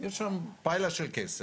יש לנו פיילה של כסף,